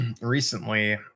recently